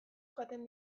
jaten